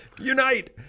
unite